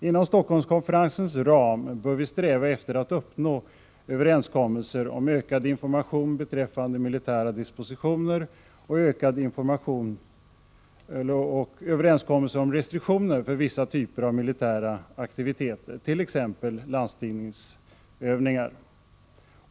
Inom Stockholmskonferensens ram bör vi sträva efter att uppnå överenskommelser om ökad information beträffande militära dispositioner och restriktioner för vissa typer av militära aktiviteter t.ex. landstigningsövningar.